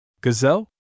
Gazelle